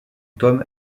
tom